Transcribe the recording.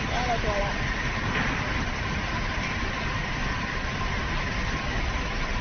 केह् हाल ऐ थुआढ़ा